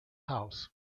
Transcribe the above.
house